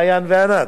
מעיין וענת,